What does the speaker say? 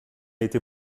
été